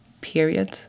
period